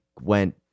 went